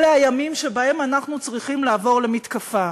אלא הימים שבהם אנחנו צריכים לעבור למתקפה,